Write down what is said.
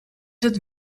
het